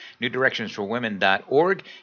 newdirectionsforwomen.org